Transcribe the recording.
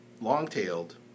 Long-tailed